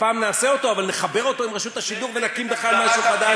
ופעם נעשה אותו אבל נחבר אותו לרשות השידור ונקים בכלל משהו חדש.